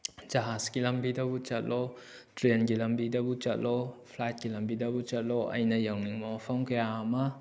ꯖꯍꯥꯖꯀꯤ ꯂꯝꯕꯤꯗꯕꯨ ꯆꯠꯂꯣ ꯇ꯭ꯔꯦꯟꯒꯤ ꯂꯝꯕꯤꯗꯕꯨ ꯆꯠꯂꯣ ꯐ꯭ꯂꯥꯏꯠꯀꯤ ꯂꯝꯕꯤꯗꯕꯨ ꯆꯠꯂꯣ ꯑꯩꯅ ꯌꯧꯅꯤꯡꯕ ꯃꯐꯝ ꯀꯌꯥ ꯑꯃ